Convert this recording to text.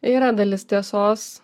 yra dalis tiesos